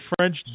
French